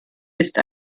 ist